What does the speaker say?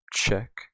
check